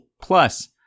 Plus